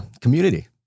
Community